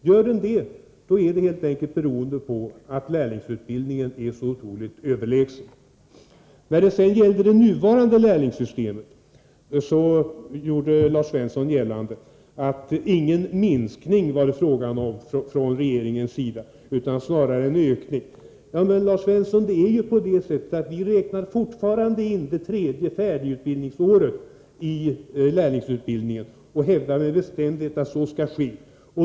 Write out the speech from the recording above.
Gör den det beror det på att lärlingsutbildningen är så otroligt överlägsen. När det sedan gällde det nuvarande lärlingssystemet gjorde Lars Svensson gällande att det inte var fråga om någon minskning från regeringens sida — snarare en ökning. Men, Lars Svensson, vi räknar fortfarande inte det tredje färdigutbildningsåret i lärlingsutbildningen och hävdar med bestämdhet att så skall ske.